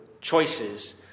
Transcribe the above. choices